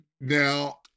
now